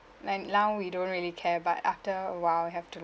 like now we don't really care but after awhile we have to